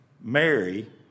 Mary